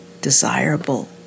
desirable